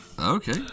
Okay